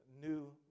New